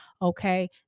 Okay